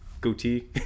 goatee